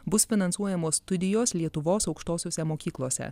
bus finansuojamos studijos lietuvos aukštosiose mokyklose